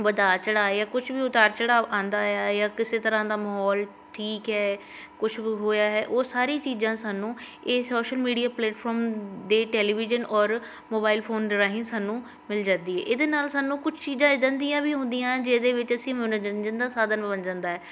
ਵਧਾ ਚੜਾਅ ਜਾਂ ਕੁਛ ਵੀ ਉਤਾਰ ਚੜਾਅ ਆਉਂਦਾ ਆ ਜਾਂ ਕਿਸੇ ਤਰ੍ਹਾਂ ਦਾ ਮਾਹੌਲ ਠੀਕ ਹੈ ਕੁਛ ਬ ਹੋਇਆ ਹੈ ਉਹ ਸਾਰੀ ਚੀਜ਼ਾਂ ਸਾਨੂੰ ਇਹ ਸੋਸ਼ਲ ਮੀਡੀਆ ਪਲੇਟਫਾਰਮ ਦੇ ਟੈਲੀਵਿਜ਼ਨ ਔਰ ਮੋਬਾਇਲ ਫੋਨ ਰਾਹੀਂ ਸਾਨੂੰ ਮਿਲ ਜਾਂਦੀ ਇਹਦੇ ਨਾਲ ਸਾਨੂੰ ਕੁਛ ਚੀਜ਼ਾਂ ਇੱਦਾਂ ਦੀਆਂ ਵੀ ਹੁੰਦੀਆਂ ਜਿਹਦੇ ਵਿੱਚ ਅਸੀਂ ਮਨੋਰੰਜਨ ਦਾ ਸਾਧਨ ਬਣ ਜਾਂਦਾ ਹੈ